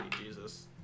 Jesus